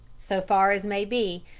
so far as may be,